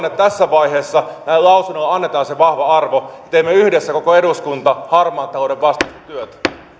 että tässä vaiheessa näille lausunnoille annetaan se vahva arvo ja teemme yhdessä koko eduskunta harmaan talouden vastaista työtä